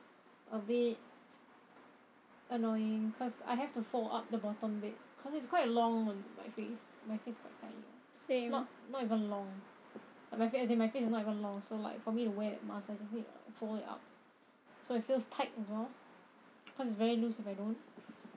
a bit annoying cause I have to fold up the bottom bit cause it's quite long on my face my face quite tiny what not not even long like my face as in my face is not even long so like for me to wear that mask I just need to like fold it up